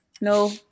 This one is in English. No